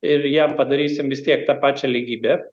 ir jam padarysim vis tiek tą pačią lygybę